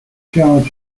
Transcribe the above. charges